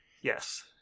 Yes